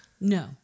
No